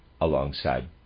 alongside